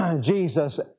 Jesus